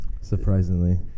surprisingly